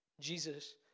Jesus